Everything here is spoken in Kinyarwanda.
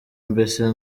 mbese